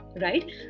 right